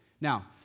Now